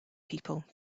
people